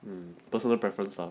mmhmm personal preference lah